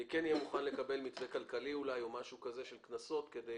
אני כן אהיה מוכן לקבל מתווה כלכלי אולי או משהו כזה של קנסות כדי